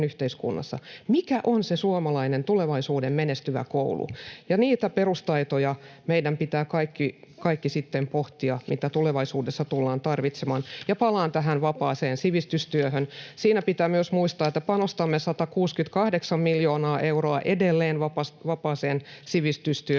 mikä on se suomalainen tulevaisuuden menestyvä koulu. Ja meidän pitää kaikkien sitten pohtia niitä perustaitoja, mitä tulevaisuudessa tullaan tarvitsemaan. Ja palaan tähän vapaaseen sivistystyöhön. Siinä pitää myös muistaa, että panostamme 168 miljoonaa euroa edelleen vapaaseen sivistystyöhön,